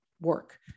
work